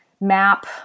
map